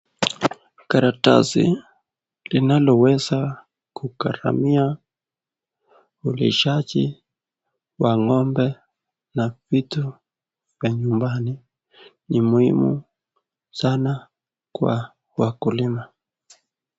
Karatasi, linaloweza kugharamia ulishaji wa Ng'ombe na vitu za nyumbani ,ni muhimu sana kwa wakulima.